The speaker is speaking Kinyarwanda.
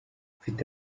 mfite